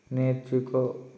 నేర్చుకో